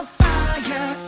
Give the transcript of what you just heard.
fire